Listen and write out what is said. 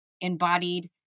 embodied